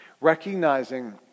recognizing